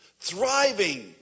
Thriving